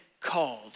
called